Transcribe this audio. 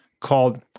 called